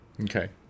Okay